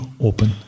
open